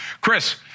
Chris